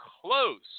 close